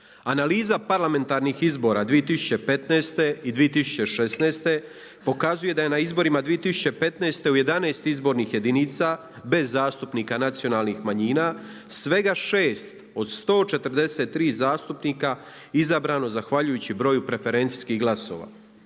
Analiza parlamentarnih izbora 2015. i 2016. pokazuje da je na izborima 2015. u 11 izbornih jedinica bez zastupnika nacionalnih manjina svega 6 od 143 zastupnika izabrano zahvaljujući broju preferencijskih glasova.